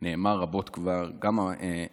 וכבר נאמר רבות, גם מורשע,